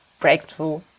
breakthrough